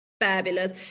Fabulous